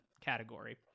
category